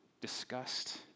Disgust